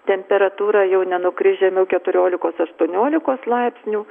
temperatūra jau nenukris žemiau keturiolika aštuoniolikos laipsnių